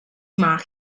mark